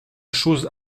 chose